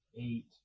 eight